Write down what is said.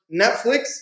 Netflix